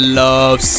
love